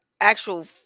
actual